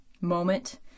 moment